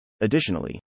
Additionally